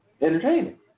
entertaining